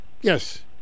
Yes